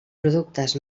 productes